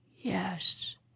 yes